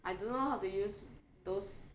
I don't know how to use those